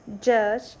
judge